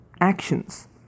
actions